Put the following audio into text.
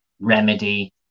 remedy